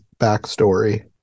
backstory